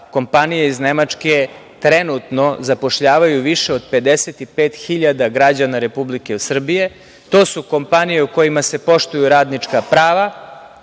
kompanije iz Nemačke trenutno zapošljavaju više od 55 hiljada građana Republike Srbije. To su kompanije u kojima se poštuju radnička prava,